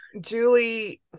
Julie